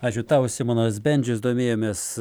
ačiū tau simonas bendžius domėjomės